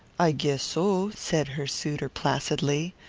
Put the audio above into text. i guess so, said her suitor placidly.